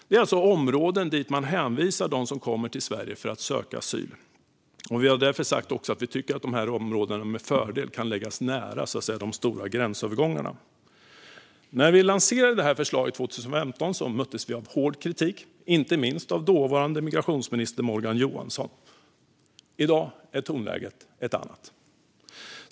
Detta är områden dit man hänvisar dem som kommer till Sverige för att söka asyl, och vi har därför sagt att vi tycker att dessa områden med fördel kan läggas nära de stora gränsövergångarna. När vi lanserade det här förslaget 2015 möttes vi av hård kritik, inte minst från dåvarande migrationsminister Morgan Johansson. I dag är tonläget ett annat.